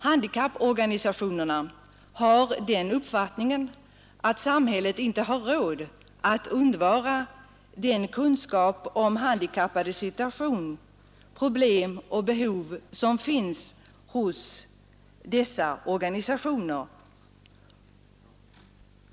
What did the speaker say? Handikapporganisationerna har den uppfattningen att samhället inte har råd att undvara den kunskap om handikappades situation, problem och behov som finns hos dessa organisationer.